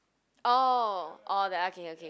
oh oh okay okay